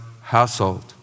household